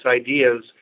ideas